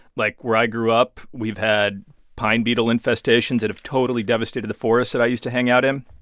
like, where i grew up, we've had pine beetle infestations that have totally devastated the forest that i used to hang out in.